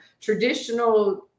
traditional